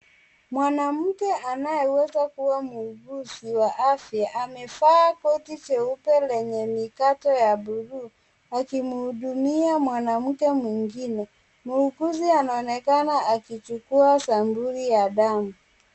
Mwanamke anayeweza kuwa muuguzi wa afya amevaa koti jeupe lenye mikato ya bulu akimhudumia mwanamke mwingine, muuguzi anaonekana akichukua sampuli ya damu.